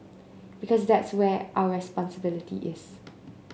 because that is where our responsibility is